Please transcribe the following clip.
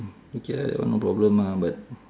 okay lah that one no problem mah but